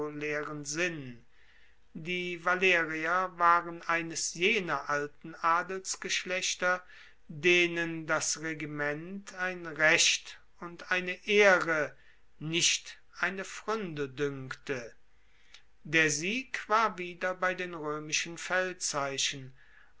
sinn die valerier waren eines jener alten adelsgeschlechter denen das regiment ein recht und eine ehre nicht eine pfruende duenkte der sieg war wieder bei den roemischen feldzeichen